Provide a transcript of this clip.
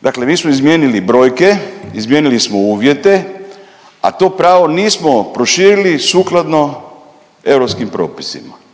Dakle mi smo izmijenili brojke, izmijenili smo uvjete, a to pravo nismo proširili sukladno europskim propisima.